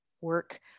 work